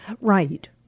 Right